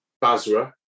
Basra